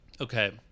Okay